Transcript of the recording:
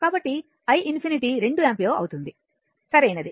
కాబట్టి i ∞ 2 ampere ఉంటుంది సరైనది